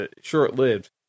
short-lived